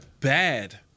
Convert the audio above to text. bad